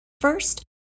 First